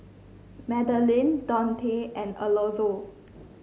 Madilynn Dontae and Alonzo